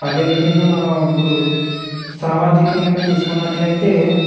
అదే విధంగా మనం ఇప్పుడు సామాజికంగా చూసుకున్నట్లయితే